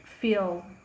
feel